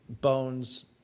bones